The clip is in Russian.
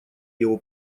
его